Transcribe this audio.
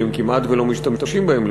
כי הם כמעט ולא משתמשים בהן,